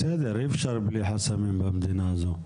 בסדר, אי אפשר בלי חסמים במדינה הזאת,